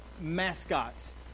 mascots